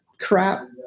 crap